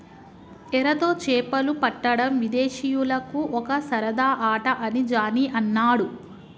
ఎరతో చేపలు పట్టడం విదేశీయులకు ఒక సరదా ఆట అని జానీ అన్నాడు